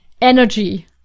energy